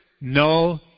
no